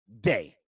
Day